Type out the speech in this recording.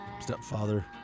stepfather